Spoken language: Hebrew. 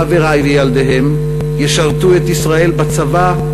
חברי וילדיהם ישרתו את ישראל בצבא,